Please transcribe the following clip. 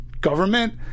government